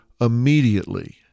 immediately